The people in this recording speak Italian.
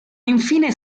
infine